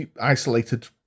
isolated